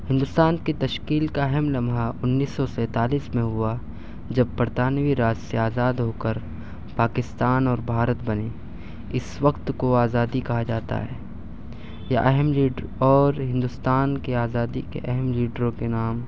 ہندوستان کی تشکیل کا اہم لمحہ انیس سو سینتالیس میں ہوا جب برطانوی راج سے آزاد ہو کر پاکستان اور بھارت بنے اس وقت کو آزادی کہا جاتا ہے یہ اہم لیڈر اور ہندوستان کے آزادی کے اہم لیڈروں کے نام